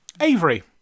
Avery